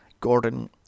Gordon